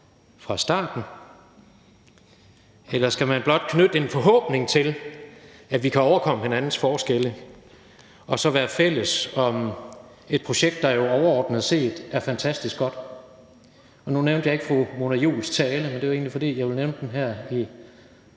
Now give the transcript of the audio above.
fra starten? Eller skal man blot knytte en forhåbning til, at vi kan overkomme hinandens forskelle, og så være fælles om et projekt, der jo overordnet set er fantastisk godt? Nu nævnte jeg ikke fru Mona Juuls tale, men det var egentlig, fordi jeg ville nævne den her i